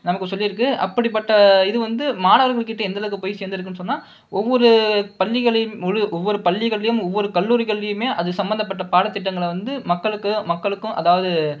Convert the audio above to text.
நமக்கு சொல்லி இருக்கு அப்படிப்பட்ட இது வந்து மாணவர்கள்கிட்ட எந்த அளவுக்கு போய் சேர்ந்து இருக்குன்னு சொன்னால் ஒவ்வொரு பள்ளிகளிலும் ஒவ்வொரு பள்ளிகளிலும் ஒவ்வொரு கல்லூரிகளியுமே அது சம்பந்தப்பட்ட பாடத்திட்டங்களை வந்து மக்களுக்கு மக்களுக்கும் அதாவது